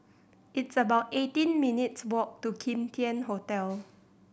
it's about eighteen minutes walk to Kim Tian Hotel